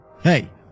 hey